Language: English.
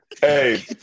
Hey